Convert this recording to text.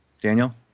Daniel